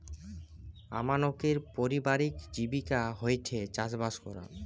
আমানকের পারিবারিক জীবিকা হয়ঠে চাষবাস করা